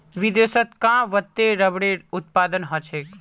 विदेशत कां वत्ते रबरेर उत्पादन ह छेक